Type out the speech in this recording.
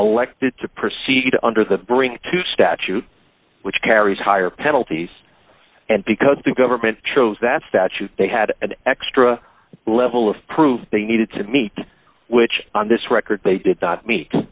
elected to proceed under the bringing to statute which carries higher penalties and because the government chose that statute they had an extra level of proof they needed to meet which on this record they did not meet